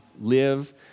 live